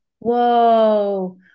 Whoa